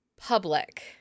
public